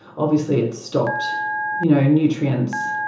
obviously it stopped you know nutrients,